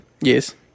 Yes